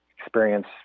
experience